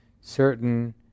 certain